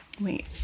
Wait